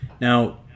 Now